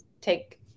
take